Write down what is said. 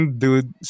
dude